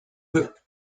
peu